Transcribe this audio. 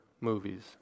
movies